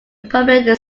permanent